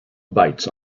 bites